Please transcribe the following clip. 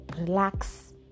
relax